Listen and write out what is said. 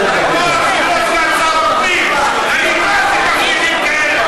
התואר שלו זה סגן שר הפנים, אני בז לתפקידים כאלו.